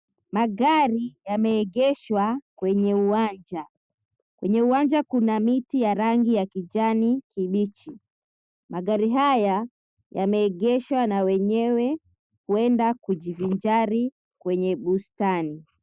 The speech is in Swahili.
Magari yameegeshwa kwenye uwanja. Kwenye uwanja kuna miti ya rangi ya kijani kibichi. Magari haya, yameegeshwa na wenyewe kuenda kujivinjari kwenye bustani.